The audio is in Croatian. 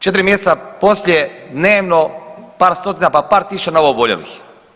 4 mjeseca poslije dnevno par stotina, pa par tisuća novooboljelih.